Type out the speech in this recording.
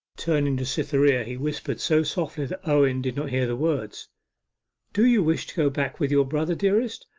turning to cytherea he whispered so softly that owen did not hear the words do you wish to go back with your brother, dearest,